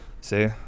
See